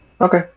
Okay